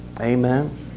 amen